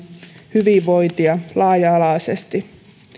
hyvinvointia laaja alaisesti